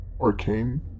arcane